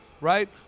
right